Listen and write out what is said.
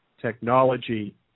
technology